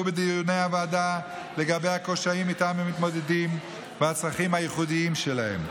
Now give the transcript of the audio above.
בדיוני הוועדה לגבי הקשיים שאיתם הם מתמודדים והצרכים הייחודיים שלהם,